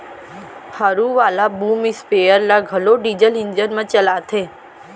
हरू वाला boom sprayer ल घलौ डीजल इंजन म चलाथें